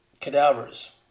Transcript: Cadavers